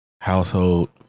household